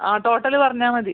ആ ടോട്ടൽ പറഞ്ഞാൽ മതി